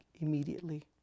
immediately